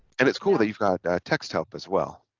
and it's cool that you've got text help as well